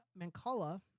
Mancala